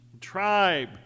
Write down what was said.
tribe